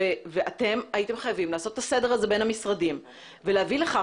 אתם הייתם חייבים לעשות את הסדר הזה בין המשרדים ולהביא לכך